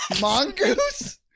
Mongoose